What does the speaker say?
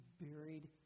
buried